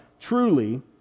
truly